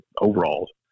overalls